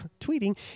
tweeting